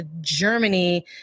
Germany